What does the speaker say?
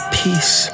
peace